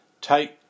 take